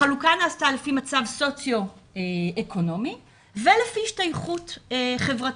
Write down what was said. לפי מצב סוציו-אקונומי ולפי השתייכות חברתית.